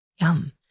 Yum